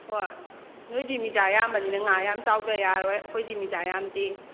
ꯍꯣꯏ ꯅꯣꯏꯒꯤꯗꯤ ꯃꯤꯗꯥ ꯌꯥꯝꯕꯅꯤꯅ ꯉꯥ ꯌꯥꯝ ꯆꯥꯎꯗꯕ ꯌꯥꯔꯔꯣꯏ ꯑꯩꯈꯣꯏꯒꯤꯗꯤ ꯃꯤꯗꯥ ꯌꯥꯝꯗꯦ